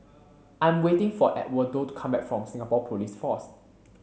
I'm waiting for Edwardo to come back from Singapore Police Force